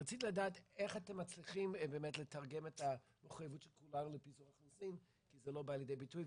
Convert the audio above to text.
רציתי לדעת איך אתם מצליחים לתרגם את ה --- כי זה לא בא לידי ביטוי?